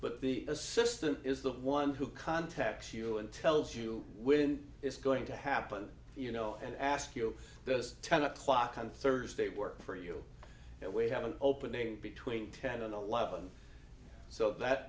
but the assistant is the one who contacts you and tells you when it's going to happen you know and ask you does ten o'clock on thursday work for you that we have an opening between ten and eleven so that